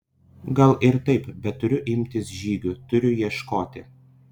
gal ir taip bet turiu imtis žygių turiu ieškoti